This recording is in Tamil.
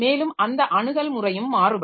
மேலும் அந்த அணுகல் முறையும் மாறுபடும்